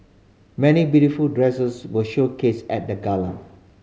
many beautiful dresses were showcased at the gala